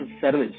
service